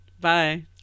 Bye